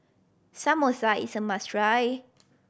samosa is a must try